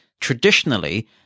Traditionally